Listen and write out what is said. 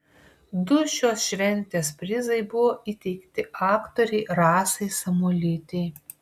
du šios šventės prizai buvo įteikti aktorei rasai samuolytei